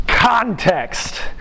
context